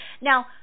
Now